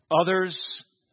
Others